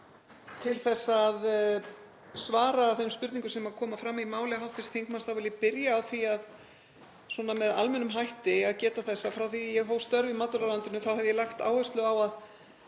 Til þess að svara þeim spurningum sem koma fram í máli hv. þingmanns þá vil ég byrja á því, svona með almennum hætti, að geta þess að frá því að ég hóf störf í matvælaráðuneytinu hef ég lagt áherslu á að